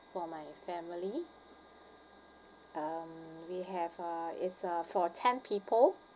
for my family um we have uh it's uh for ten people